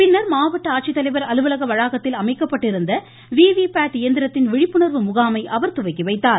பின்னர் மாவட்ட ஆட்சித்தலைவர் அலுவலக வளாகத்தில் அமைக்கப்பட்டிருந்த ஏஏ்யுவு இயந்திரத்தின் விழிப்புணர்வு முகாமை அவர் துவக்கி வைத்தார்